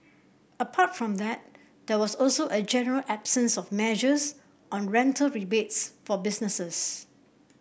apart from that there was also a general absence of measures on rental rebates for businesses